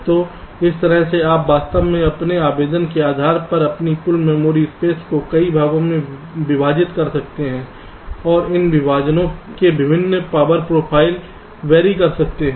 तो इस तरह से आप वास्तव में अपने आवेदन के आधार पर अपनी कुल मेमोरी स्पेस को कई भागों में विभाजित कर सकते हैं और इन विभाजनों के विभिन्न पावर प्रोफाइल वेरी कर सकते हैं